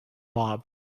mob